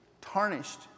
tarnished